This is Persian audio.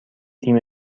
تیم